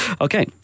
Okay